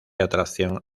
atracción